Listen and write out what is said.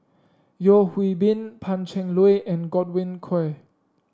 Yeo Hwee Bin Pan Cheng Lui and Godwin Koay